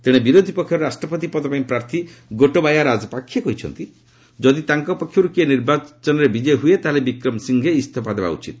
ତେଣେ ବିରୋଧି ପକ୍ଷର ରାଷ୍ଟ୍ରପତି ପଦପାଇଁ ପ୍ରାର୍ଥୀ ଗୋଟବାୟା ରାଜପାକ୍ଷେ କହିଛନ୍ତି ଯଦି ତାଙ୍କ ପକ୍ଷରୁ କିଏ ନିର୍ବାଚନରେ ବିଜୟୀ ହୁଏ ତାହାହେଲେ ବିକ୍ରମସିଂହହେ ଇସ୍ତଫା ଦେବା ଉଚିତ